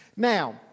Now